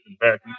back